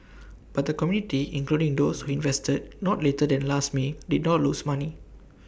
but the community including those who invested not later than last may did not lose money